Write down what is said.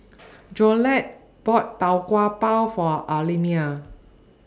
Jolette bought Tau Kwa Pau For Almedia